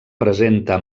presenta